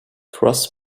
cross